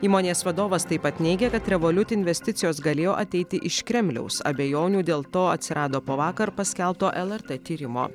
įmonės vadovas taip pat neigia kad revolut investicijos galėjo ateiti iš kremliaus abejonių dėl to atsirado po vakar paskelbto lrt tyrimo